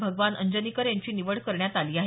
भगवान अंजनीकर यांची निवड करण्यात आली आहे